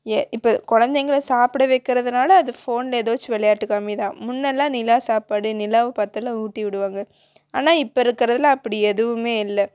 ஏ இப்போ குழந்தைங்கள சாப்பட வைக்கிறதுனால அது ஃபோனில் எதோச்சி விளையாட்டு காமிதான் முன்ன எல்லாம் நிலா சாப்பாடு நிலாவை பார்த்துலாம் ஊட்டி விடுவாங்க ஆனால் இப்போ இருக்கிறதுலாம் அப்படி எதுவுமே இல்லை